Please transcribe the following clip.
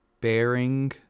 bearing